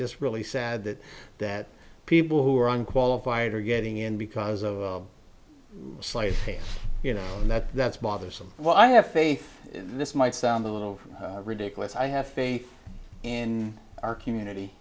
just really sad that that people who are unqualified are getting in because of slight you know that that's bothersome well i have faith this might sound a little ridiculous i have faith in our community